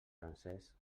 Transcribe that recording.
francesc